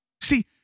See